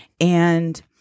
And-